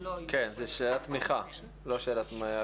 כן, זה של התמיכה, לא של ההכרה.